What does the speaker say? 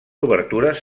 obertures